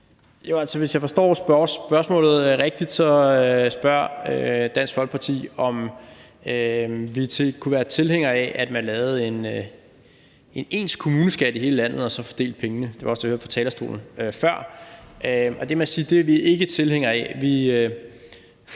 hvis jeg forstår spørgsmålet rigtigt, spørger Dansk Folkeparti, om vi kunne være tilhængere af, at man lavede en ens kommuneskat i hele landet og så fordelte pengene; det var også det, jeg hørte fra talerstolen før, og det må jeg sige vi ikke er tilhængere af.